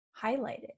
highlighted